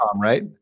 right